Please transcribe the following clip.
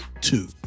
two